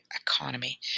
economy